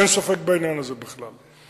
אין ספק בעניין הזה בכלל.